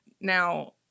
Now